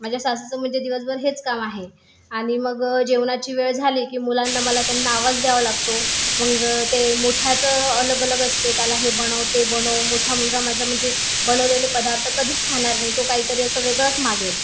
माझ्या सासूचं म्हणजे दिवसभर हेच काम आहे आणि मग जेवणाची वेळ झाली की मुलांना मला त्यांना आवाज द्यावा लागतो मग ते मोठ्याचं अलगअलग असते त्याला हे बनव ते बनव मोठा मुलगा माझा म्हणजे बनवलेले पदार्थ कधीच खाणार नाही तो काहीतरी असं वेगळंच मागेल